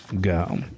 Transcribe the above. go